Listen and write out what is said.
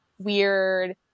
Weird